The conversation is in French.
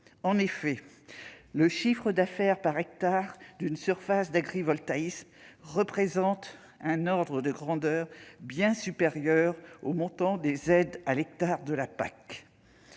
En effet, le chiffre d'affaires par hectare d'une surface d'agrivoltaïsme représente un ordre de grandeur bien supérieur au montant des aides à l'hectare de la PAC.